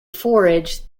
forage